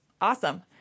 awesome